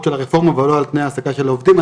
של הרפורמה ולא על תנאי ההעסקה של העובדים.